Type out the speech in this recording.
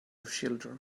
children